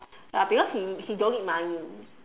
ya because he he don't need money